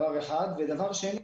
ושנית,